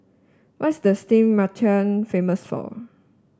what is Sint Maarten famous for